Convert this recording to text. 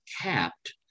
capped